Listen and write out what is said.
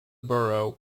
borough